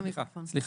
סליחה.